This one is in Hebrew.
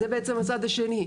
זה בעצם הצד השני.